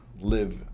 live